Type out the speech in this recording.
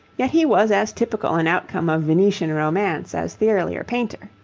yet he was as typical an outcome of venetian romance as the earlier painter.